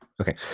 okay